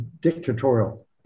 dictatorial